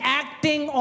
acting